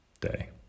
day